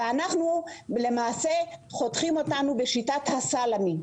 ואותנו למעשה חותכים בשיטת הסלאמי.